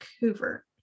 Vancouver